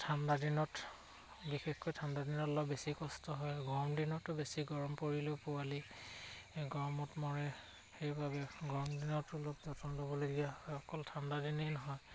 ঠাণ্ডা দিনত বিশেষকৈ ঠাণ্ডা দিনত অলপ বেছি কষ্ট হয় গৰম দিনতো বেছি গৰম পৰিলেও পোৱালি গৰমত মৰে সেইবাবে গৰম দিনতো অলপ যতন ল'বলগীয়া হয় অকল ঠাণ্ডা দিনেই নহয়